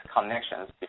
connections